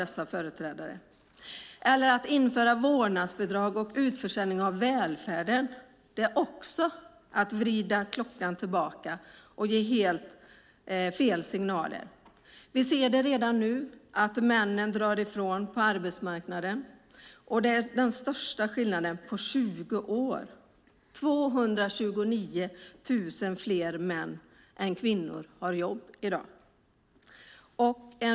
Införandet av vårdnadsbidrag och utförsäljning av välfärden är också att vrida klockan tillbaka och ge helt fel signaler. Vi ser redan nu att männen drar ifrån på arbetsmarknaden. Skillnaden är den största på 20 år. Det är 229 000 fler män än kvinnor som har jobb.